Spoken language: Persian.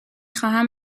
خواهم